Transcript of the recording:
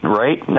right